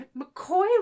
McCoy